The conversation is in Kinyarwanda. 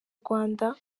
rwanda